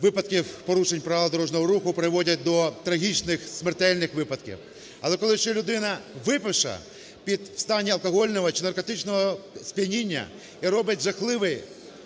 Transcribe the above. випадків порушень Правил дорожнього руху приводять до трагічних смертельних випадків. Але коли ще людина випивша, в стані алкогольного чи наркотичного сп'яніння, робить